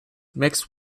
mixed